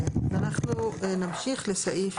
אז אנחנו נמשיך לסעיף